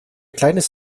kleines